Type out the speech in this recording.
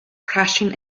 crashing